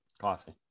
coffee